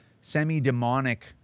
semi-demonic